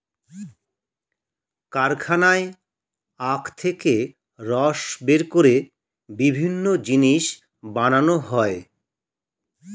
কারখানায় আখ থেকে রস বের করে বিভিন্ন জিনিস বানানো হয়